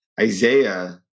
Isaiah